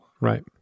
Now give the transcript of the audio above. Right